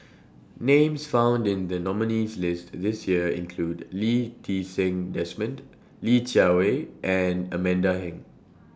Names found in The nominees' list This Year include Lee Ti Seng Desmond Li Jiawei and Amanda Heng